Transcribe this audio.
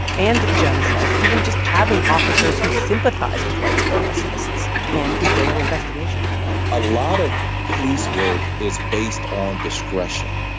and, jones says, even just having officers who sympathize with white supremacists can derail investigations a lot of police work is based on discretion,